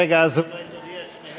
רגע, אז אולי תודיע את שתיהן.